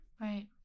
Right